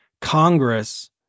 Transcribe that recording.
Congress